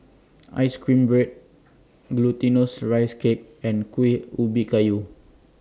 Ice Cream Bread Glutinous Rice Cake and Kuih Ubi Kayu